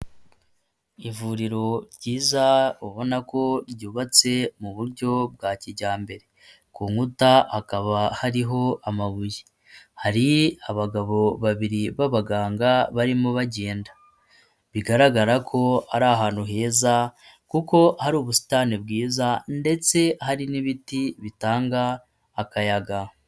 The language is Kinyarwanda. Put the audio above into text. Ivuriro ryiza ubona ko ryubatse mu buryo bwa kijyambere, ku nkuta hakaba hariho amabuye, hari abagabo babiri b'abaganga barimo bagenda, bigaragara ko ari ahantu heza kuko hari ubusitani bwiza ndetse hari n'ibiti bitanga akayaga.